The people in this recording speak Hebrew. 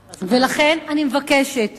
לכן, אני מבקשת